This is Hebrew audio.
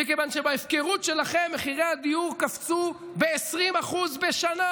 בגלל שבהפקרות שלכם מחירי הדיור קפצו ב-20% בשנה,